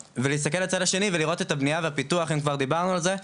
ולהסתכל לצד השני ולראות את הבנייה והפיתוח אם כבר דיברנו על זה,